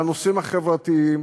והנושאים החברתיים,